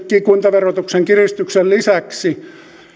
kuntaverotuksen kiristyksen lisäksi